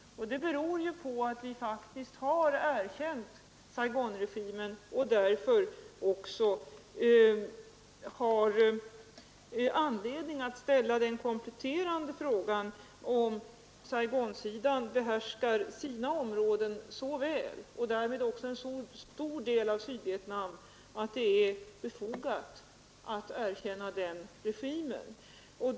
Det beror på att vi faktiskt har erkänt Saigonregimen. Därför har vi anledning att ställa den kompletterande frågan, om Saigonsidan behärskar sina områden så väl och om den behärskar så stor del av Sydvietnam att det är befogat att erkänna den regimen.